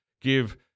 give